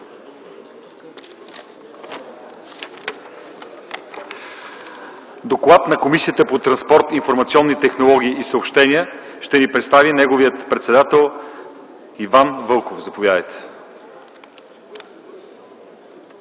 Доклада на Комисията по транспорт, информационни технологии и съобщения ще представи нейният председател Иван Вълков. Заповядайте.